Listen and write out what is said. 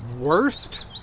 worst